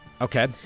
Okay